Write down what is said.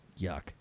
Yuck